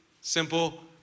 simple